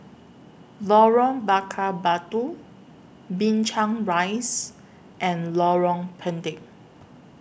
Lorong Bakar Batu Binchang Rise and Lorong Pendek